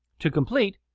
to complete,